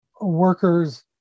workers